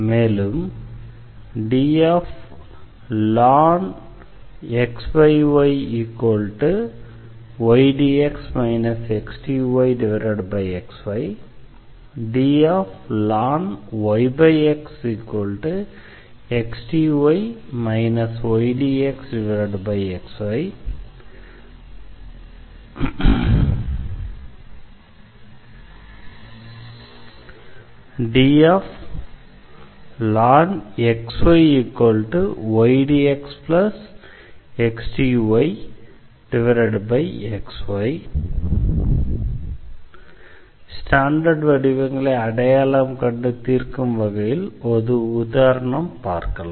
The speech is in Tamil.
மேலும் iii dln yx xdy ydxxy ordln xy ydx xdyxy iv xdy ydxx2y2 orydx xdyy2x2 v d ydxxdyxy standard வடிவங்களை அடையாளம் கண்டு தீர்க்கும் வகையில் ஒரு உதாரணத்தை பார்க்கலாம்